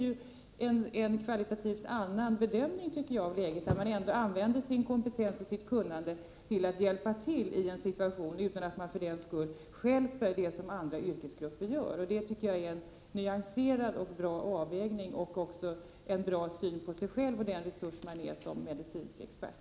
Det är en kvalitativt annan bedömning av läget, där kompetens och kunnande används för att hjälpa till i en situation utan att man för den skull stjälper det som andra yrkesgrupper gör. Det tycker jag är en nyanserad och bra avvägning, som vittnar om att man har en bra syn på sig själv och den resurs man utgör som medicinsk expert.